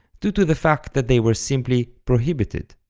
due to the fact that they were simply prohibited.